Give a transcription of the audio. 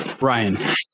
Ryan